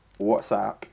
WhatsApp